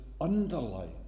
underlying